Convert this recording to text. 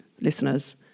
listeners